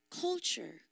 culture